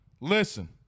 listen